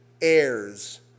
heirs